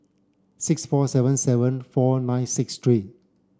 six four seven seven four nine six three